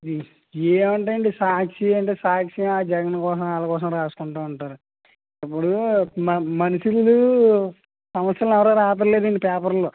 ఏ ఏముంటాయండి సాక్షి అంటే సాక్షి ఆ జగన్ కోసం వాళ్ళకోసం రాసుకుంటా ఉంటారు ఇప్పుడు మ మనుషులు సమస్యలు ఎవరు రాయటం లేదండి పేపర్లో